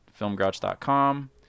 filmgrouch.com